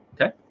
Okay